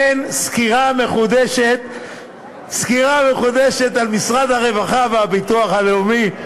אני אתן סקירה מחודשת על משרד הרווחה והביטוח הלאומי,